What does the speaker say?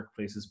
workplaces